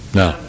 no